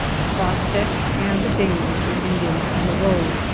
the prospects and the danger from indians on the road.